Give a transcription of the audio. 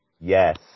Yes